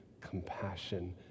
compassion